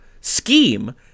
scheme